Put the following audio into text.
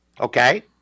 Okay